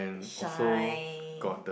shine